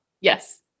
Yes